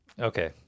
okay